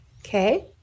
Okay